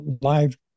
live